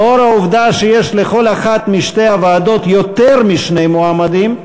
לאור העובדה שיש לכל אחת משתי הוועדות יותר משני מועמדים,